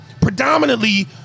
predominantly